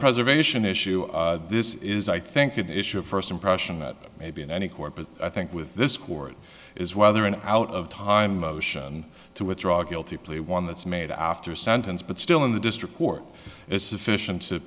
preservation issue this is i think an issue of first impression that may be in any court but i think with this chord is whether an out of time motion to withdraw guilty plea one that's made after a sentence but still in the district court is sufficient to